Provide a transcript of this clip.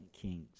Kings